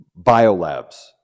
Biolabs